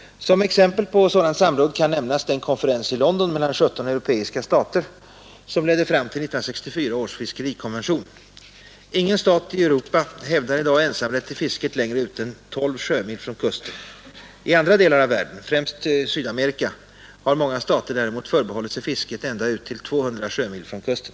Som exempel på sådant samråd kan nämnas den konferens i London mellan 17 europeiska stater som ledde fram till 1964 års fiskerikonvention. Ingen stat i Europa hävdar i dag ensamrätt till fisket längre ut än 12 sjömil från kusten. I andra delar av världen, främst Sydamerika, har många stater däremot förbehållit sig fisket ända ut till 200 sjömil från kusten.